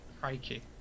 crikey